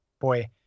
boy